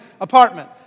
apartment